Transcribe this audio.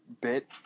bit